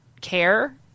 care